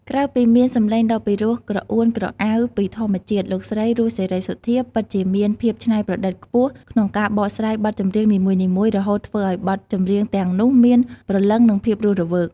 ក្រៅពីមានសំឡេងដ៏ពីរោះក្រអួនក្រអៅពីធម្មជាតិ លោកស្រី រស់ សេរីសុទ្ធា ពិតជាមាន ភាពច្នៃប្រឌិតខ្ពស់ ក្នុងការបកស្រាយបទចម្រៀងនីមួយៗ រហូតធ្វើឲ្យបទចម្រៀងទាំងនោះមាន ព្រលឹង និង ភាពរស់រវើក ។